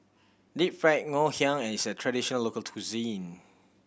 Deep Fried Ngoh Hiang is a traditional local cuisine